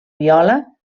viola